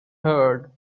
heard